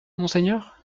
monseigneur